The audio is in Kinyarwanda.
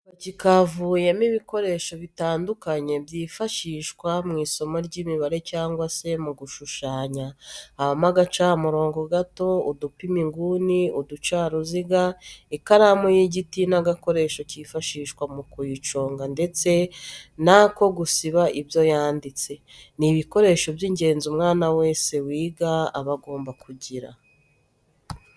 Agapaki kavuyemo ibikoresho bitandukanye byifashishwa mu isomo ry'imibare cyangwa se mu gushushanya, habamo agacamurongo gato, udupima inguni, uducaruziga, ikaramu y'igiti n'agakoresho kifashishwa mu kuyiconga ndetse n'ako gusiba ibyo yanditse, ni ibikoresho by'ingenzi umwana wese wiga aba agomba kugira.